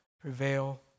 prevail